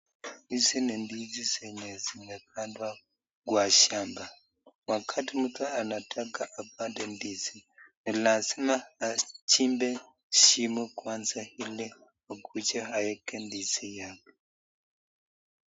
Hizi ni ndizi zenye zimepandwa kwa shamba. Wakati mtu anataka apande ndizi, ni lazima achimbe shimo kwanza ili akuje aweke ndizi yake.